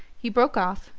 he broke off,